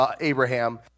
Abraham